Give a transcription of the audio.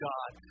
God